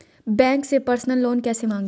Bank से personal loan कैसे मांगें?